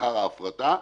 לאחר ההפרטה,